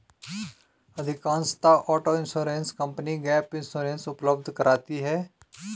अधिकांशतः auto insurance company gap insurance उपलब्ध कराती है